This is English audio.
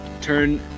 turn